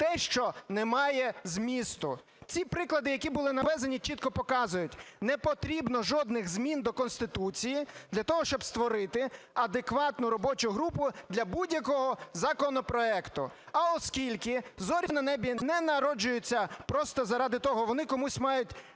те, що не має змісту. Ці приклади, які були наведені, чітко показують, не потрібно жодних змін до Конституції для того, щоб створити адекватну робочу групу для будь-якого законопроекту. А оскільки зорі на небі не народжуються просто заради того, вони комусь мають